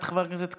את חבר הכנסת קיש,